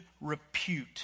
repute